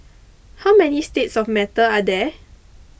how many states of matter are there